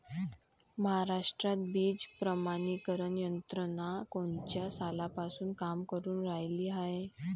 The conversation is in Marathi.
महाराष्ट्रात बीज प्रमानीकरण यंत्रना कोनच्या सालापासून काम करुन रायली हाये?